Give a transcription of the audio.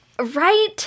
Right